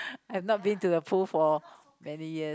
I have not been to a pool for many years